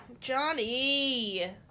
Johnny